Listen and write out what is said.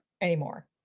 anymore